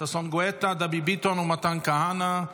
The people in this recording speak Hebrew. ששון גואטה, דבי ביטון ומתן כהנא.